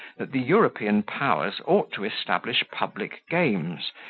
that the european powers ought to establish public games,